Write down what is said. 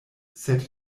sed